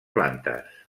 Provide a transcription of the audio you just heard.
plantes